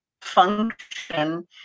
function